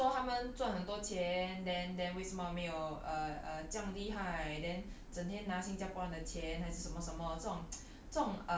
err 很多人说他们赚很多钱 then then 为什么没有 uh uh 这样厉害 then 整天拿新加坡人的钱还是什么什么这种